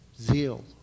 zeal